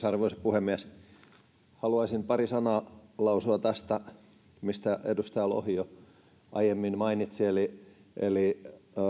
arvoisa puhemies haluaisin pari sanaa lausua tästä mistä edustaja lohi jo aiemmin mainitsi eli eli